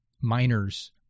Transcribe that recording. Miners